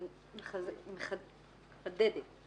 אני מחדדת.